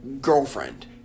girlfriend